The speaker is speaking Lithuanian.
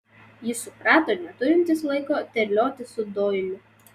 jis suprato neturintis laiko terliotis su doiliu